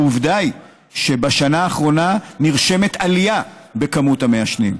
העובדה היא שבשנה האחרונה נרשמת עלייה בכמות המעשנים,